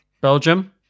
Belgium